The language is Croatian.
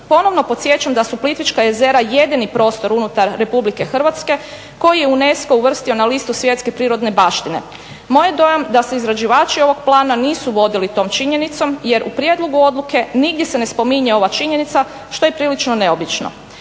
Ponovno podsjećam da su Plitvička jezera jedini prostor unutar RH koji je UNESCO uvrstio na listu svjetske prirodne baštine. Moj je dojam da se izrađivači ovog plana nisu vodili tom činjenicom jer u prijedlogu odluke nigdje se ne spominje ova činjenica što je prilično neobično.